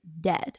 dead